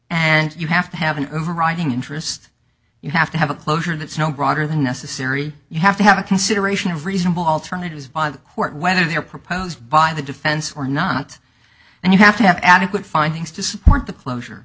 and you have to have an overriding interest you have to have a closure that's no broader than necessary you have to have a consideration of reasonable alternatives by the court whether they're proposed by the defense or not and you have to have adequate findings to support the closure